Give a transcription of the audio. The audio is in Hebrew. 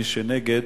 מי שנגד,